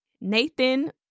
Nathan